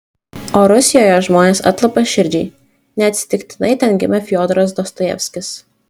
o rusijoje žmonės atlapaširdžiai neatsitiktinai ten gimė fiodoras dostojevskis